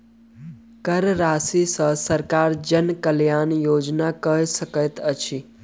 कर राशि सॅ सरकार जन कल्याण योजना कअ सकैत अछि